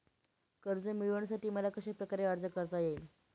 कर्ज मिळविण्यासाठी मला कशाप्रकारे अर्ज करता येईल?